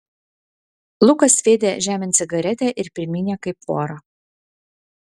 lukas sviedė žemėn cigaretę ir primynė kaip vorą